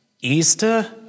Easter